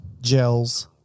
gels